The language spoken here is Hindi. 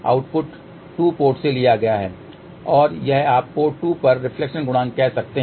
आउटपुट 2 पोर्ट से लिया गया है और यह आप पोर्ट 2 पर रिफ्लेक्शन गुणांक कह सकते हैं